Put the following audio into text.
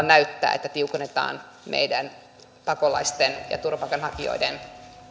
näyttää että tiukennetaan meidän pakolaisten ja turvapaikanhakijoiden